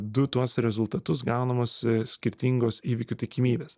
du tuos rezultatus gaunamos skirtingos įvykių tikimybės